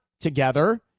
together